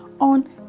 on